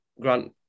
Grant